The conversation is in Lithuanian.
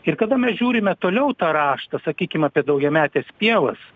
ir kada mes žiūrime toliau tą raštą sakykim apie daugiametes pievas